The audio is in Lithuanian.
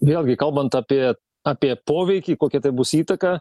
vėlgi kalbant apie apie poveikį kokia tai bus įtaka